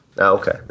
okay